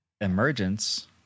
Emergence